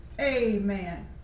Amen